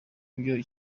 byo